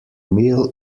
meal